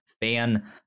fan